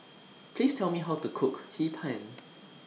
Please Tell Me How to Cook Hee Pan